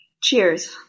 Cheers